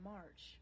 March